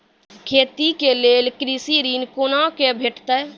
खेती के लेल कृषि ऋण कुना के भेंटते?